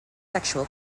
sexual